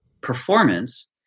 performance